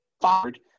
fired